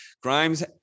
grimes